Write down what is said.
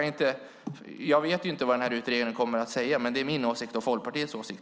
Jag vet inte vad utredningen kommer fram till, men det är i alla fall min och Folkpartiets åsikt.